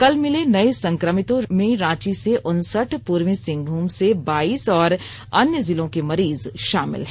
कल मिले नए संक्रमितों में रांची से उनसठ पूर्वी सिंहभूम से बाइस और अन्य जिलों के मरीज शामिल हैं